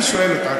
אני שואל אותך,